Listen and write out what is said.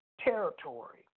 Territory